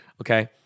okay